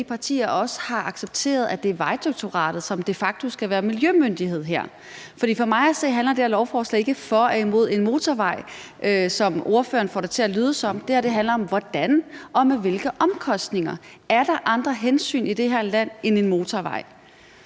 de partier også har accepteret, at det er Vejdirektoratet, som de facto skal være miljømyndighed her. For for mig at se handler det her lovforslag ikke om at være for eller imod en motorvej, hvad ordføreren får det til at lyde som om. Det her handler om hvordan og med hvilke omkostninger. Er der andre hensyn i det her land end en motorvej?